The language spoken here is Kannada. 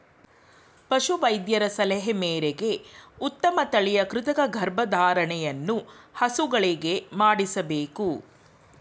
ಪಶು ವೈದ್ಯರ ಸಲಹೆ ಮೇರೆಗೆ ಉತ್ತಮ ತಳಿಯ ಕೃತಕ ಗರ್ಭಧಾರಣೆಯನ್ನು ಹಸುಗಳಿಗೆ ಮಾಡಿಸಬೇಕು